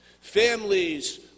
Families